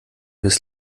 jetzt